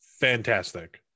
Fantastic